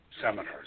seminars